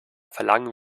verlangen